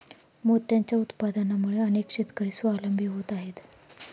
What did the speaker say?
मोत्यांच्या उत्पादनामुळे अनेक शेतकरी स्वावलंबी होत आहेत